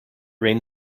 rain